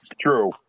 true